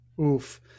Oof